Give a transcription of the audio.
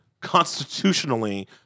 constitutionally